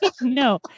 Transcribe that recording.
no